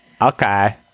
Okay